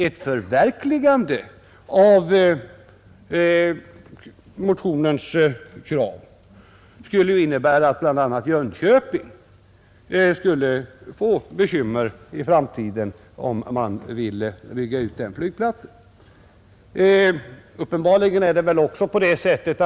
Ett förverkligande av motionens krav skulle nämligen innebära att bl.a. Jönköping skulle få bekymmer i framtiden, om man ville bygga ut flygplatsen där och i vart fall aldrig få del av luftfartsverkets överskott i enlighet med det beslut riksdagen fattade förra året.